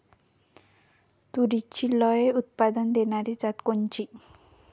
तूरीची लई उत्पन्न देणारी जात कोनची?